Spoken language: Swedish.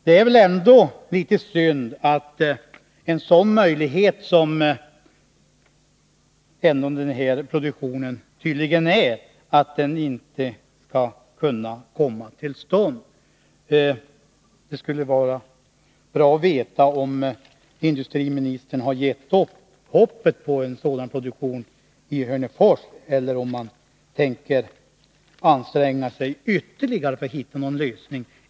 Det är väl litet synd att en sådan möjlighet som denna produktion tydligen innebär inte skulle kunna komma till stånd. Det skulle vara bra att veta om industriministern har gett upp hoppet om en sådan produktion i Hörnefors eller om han tänker anstränga sig ytterligare för att hitta någon lösning.